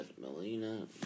Melina